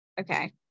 okay